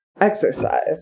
exercise